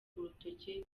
urutoke